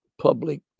public